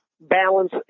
balance